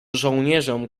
żołnierzom